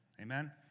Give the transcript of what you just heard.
Amen